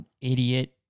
idiot